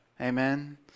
Amen